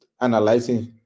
analyzing